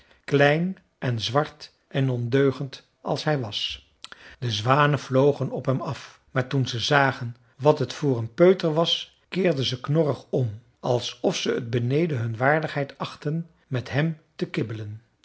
klein en zwart en ondeugend als hij was de zwanen vlogen op hem af maar toen ze zagen wat het voor een peuter was keerden ze knorrig om alsof ze het beneden hun waardigheid achtten met hem te kibbelen